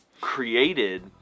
created